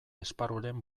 esparruren